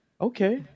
Okay